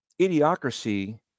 idiocracy